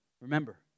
Remember